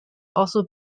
also